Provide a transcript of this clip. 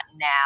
now